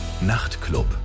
Nachtclub